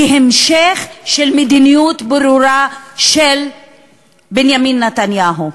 כהמשך של מדיניות ברורה של בנימין נתניהו.